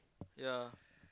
ya